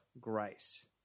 grace